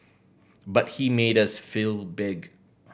but he made us feel big